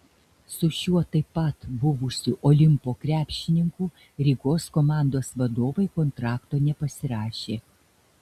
su šiuo taip pat buvusiu olimpo krepšininku rygos komandos vadovai kontrakto nepasirašė